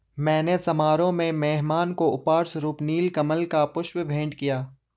मैंने समारोह में मेहमान को उपहार स्वरुप नील कमल का पुष्प भेंट किया